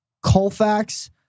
Colfax